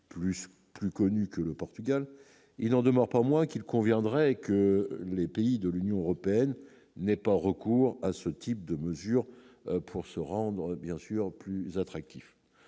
plus connu que le Portugal, il n'en demeure pas moins qu'il conviendrait que les pays de l'Union européenne n'ait pas recours à ce type de mesure pour se rendre bien sûr plus attractif,